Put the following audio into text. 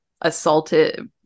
assaulted